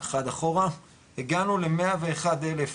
הגענו ל-101 אלף,